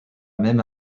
même